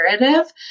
narrative